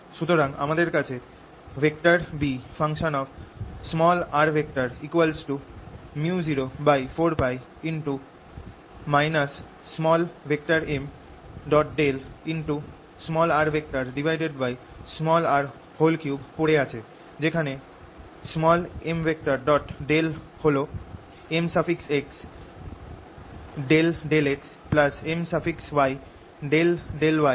সুতরাং আমাদের কাছে B µ04π m rr3 পড়ে আছে যেখানে m হল mxjjxmyjjymzjjz